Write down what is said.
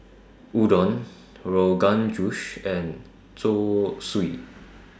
Udon Rogan Josh and Zosui